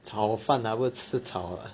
炒饭 lah 不是吃草 lah